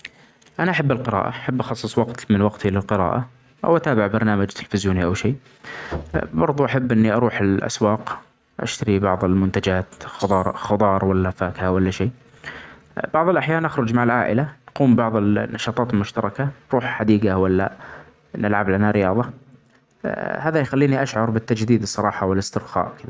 أنا أحب القراءة أحب أخصص وقت من وقتي للقراءة ، أوأتابع برنامج تليفزيوني أو شئ. برده أحب إني أروح الأسواق أشتري بعض المنتجات خظار-خظار ولا فاكهة ولا شئ. بعض الأحيان أخرج مع العائلة أقوم ببعض ال-النشاطات المشتركة ، نروح حديجة ولا الألعاب لأنها رياضة ،هذا يخليني أشعر بالتجديد الصراحة والإسترخاء.